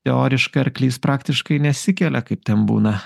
teoriškai arklys praktiškai nesikelia kaip ten būna